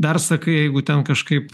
dar sakai jeigu ten kažkaip